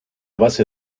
base